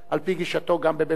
גם בבית-המשפט העליון,